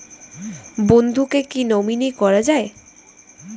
বন্ধুকে কী নমিনি করা যায়?